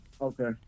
Okay